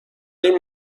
این